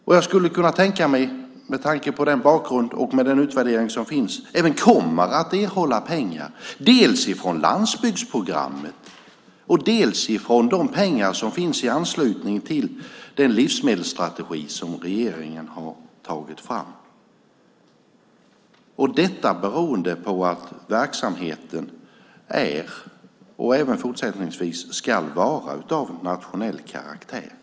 Med tanke på den bakgrund och den utvärdering som finns skulle jag kunna tänka mig att man även kommer att erhålla pengar, dels från landsbygdsprogrammet, dels från de pengar som finns i anslutning till den livsmedelsstrategi som regeringen har tagit fram - detta beroende på att verksamheten är och även fortsättningsvis ska vara av nationell karaktär.